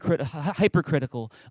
hypercritical